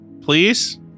Please